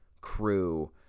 crew